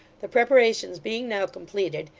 the preparations being now completed,